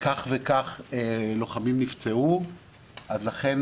כך וכך לוחמים שנפצעו ולכן